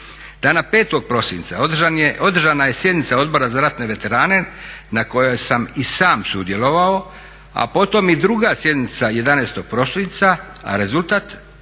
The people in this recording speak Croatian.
Dana 5. prosinca održana je sjednica Odbora za ratne veterane na kojoj sam i sam sudjelovao a potom i druga sjednica 11. prosinca, a rezultat